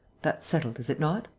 that's settled, is it not?